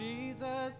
Jesus